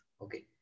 Okay